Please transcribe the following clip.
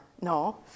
no